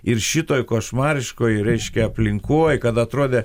ir šitoj košmariškoj reiškia aplinkoj kad atrodė